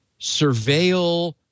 surveil